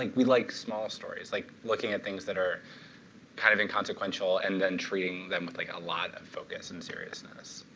like we like small stories. like looking at things that are kind of inconsequential, and then treating them with like a lot of focus and seriousness.